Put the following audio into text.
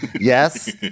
yes